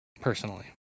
personally